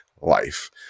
life